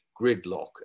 gridlock